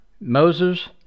Moses